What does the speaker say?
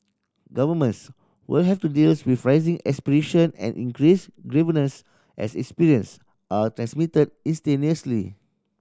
governments will have to deals with rising aspiration and increased grievance as experience are transmitted instantaneously